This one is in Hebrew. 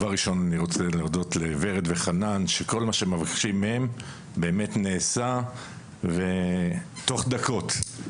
אני רוצה להודות לורד וחנן שכל מה שמבקשים מהם נעשה תוך דקות.